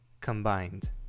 combined